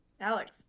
alex